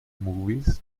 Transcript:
movies